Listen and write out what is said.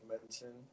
medicine